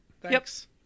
thanks